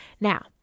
now